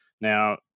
Now